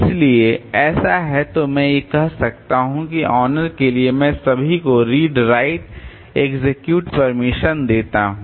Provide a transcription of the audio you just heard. इसलिए ऐसा है तो मैं कह सकता हूं कि ओनर के लिए मैं सभी को रीड राइट एक्सेक्यूट परमिशन देता हूं